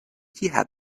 have